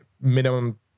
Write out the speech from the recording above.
minimum